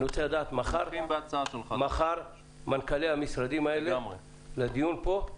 אני רוצה לדעת: מחר מנכ"לי המשרדים האלה יבואו לדיון פה?